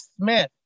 Smith